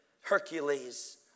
Hercules